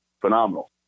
phenomenal